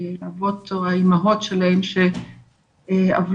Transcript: לרבות האימהות שלהם שעוולו,